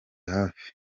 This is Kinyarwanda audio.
hafi